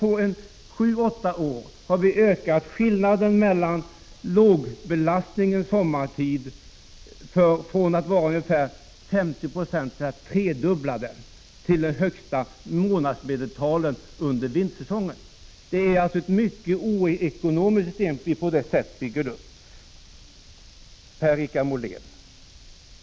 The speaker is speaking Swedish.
Men under sju åtta år har vi ökat skillnaden mellan lågbelastningen under sommartid och de högsta månads — Prot. 1985/86:54 medeltalen under vintersäsong från att ha varit ungefär 50 90 till det 17 december 1985 tredubbla. Det är, Per-Richard Molén, ett mycket oekonomiskt system vi ZH bygger upp.